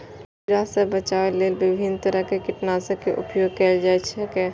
कीड़ा सं बचाव लेल विभिन्न तरहक कीटनाशक के उपयोग कैल जा सकैए